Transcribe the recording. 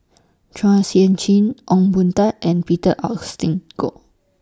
Chua Sian Chin Ong Boon Tat and Peter Augustine Goh